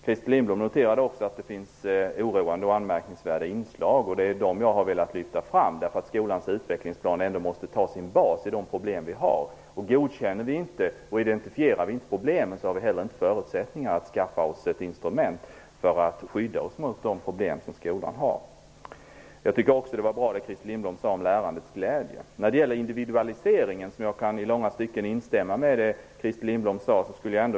Christer Lindblom noterade också att det finns oroande och anmärkningsvärda inslag. Det är dessa som jag har velat lyfta fram. Skolans utvecklingsplan måste ju baseras på de problem som finns. Om vi inte identifierar och godkänner problemen har vi inte heller förutsättningar att skaffa oss ett instrument för att skydda oss mot de problem som skolan har. Det som Christer Lindblom sade om lärandets glädje var också bra. Jag kan i långa stycken instämma i det som Christer Lindblom sade om individualiseringen.